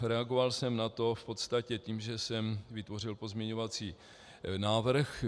Reagoval jsem na to v podstatě tím, že jsem vytvořil pozměňovací návrh.